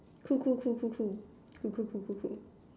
cool cool cool cool cool cool cool cool cool cool